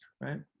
Right